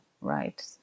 right